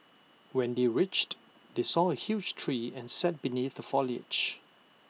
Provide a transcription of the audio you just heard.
when they reached they saw A huge tree and sat beneath the foliage